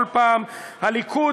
כל פעם: הליכוד,